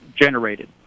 generated